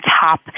top